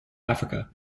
africa